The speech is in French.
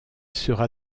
sera